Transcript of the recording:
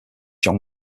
john